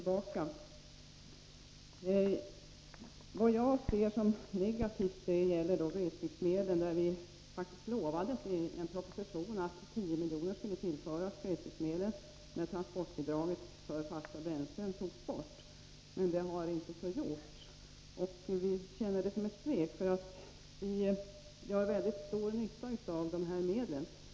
Enligt min mening är förhållandet negativt när det gäller glesbygdsmedlen, eftersom vi faktiskt lovades i en proposition att 10 milj.kr. skulle beviljas i samband med att transportbidraget för fasta bränslen togs bort. Men så har inte skett. Vi upplever detta som ett svek, eftersom de här medlen gör mycket stor nytta.